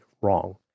wrong